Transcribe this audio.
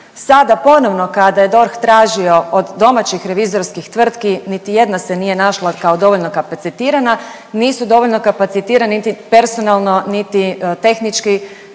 Sada ponovno kada je DORH tražio od domaćih revizorskih tvrtki, niti jedna se nije našla kao dovoljno kapacitirana, nisu dovoljno kapacitirani niti personalno niti tehnički